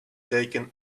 taking